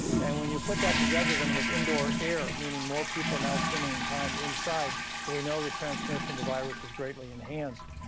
and when you put that together then with indoor air, meaning more people are now spending time inside, where we know the transmission of the virus is greatly enhanced,